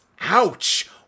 Ouch